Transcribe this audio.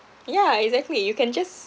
yeah exactly you can just